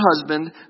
husband